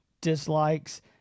dislikes